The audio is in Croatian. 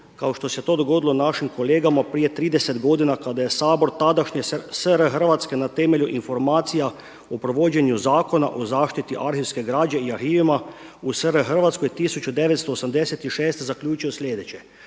kao što se to dogodilo našim kolegama prije 30 godina kada je Sabor tadašnje SR Hrvatske na temelju informacija o provođenju zakona o zaštiti arhivske građe i arhivima u SR Hrvatskoj 1986. zaključio sljedeće.